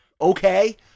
Okay